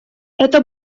это